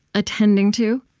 attending to,